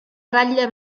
ratlla